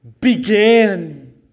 began